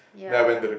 ya